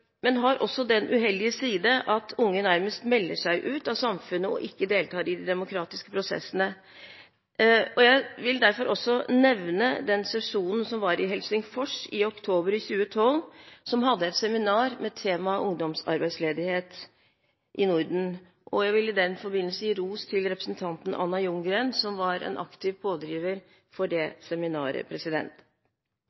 men har også den uheldige side at unge nærmest melder seg ut av samfunnet og ikke deltar i de demokratiske prosessene. Jeg vil derfor også nevne den sesjonen som var i Helsingfors i oktober 2012, som hadde et seminar med tema ungdomsarbeidsledighet i Norden. Jeg vil i den forbindelse gi ros til representanten Anna Ljunggren som var en aktiv pådriver for det